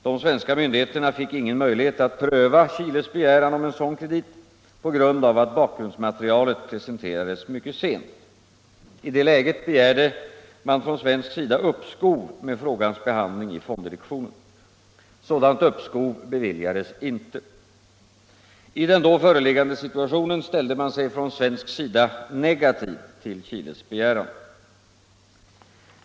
De svenska myndigheterna fick ingen möjlighet att pröva Chiles begäran om en sådan kredit på grund av att bakgrundsmaterialet presenterades mycket sent. I detta läge begärde man från svensk sida uppskov med frågans behandling i fonddirektionen. Sådant uppskov beviljades inte. I den då föreliggande situationen ställde man sig från svensk sida negativ till Chiles begäran.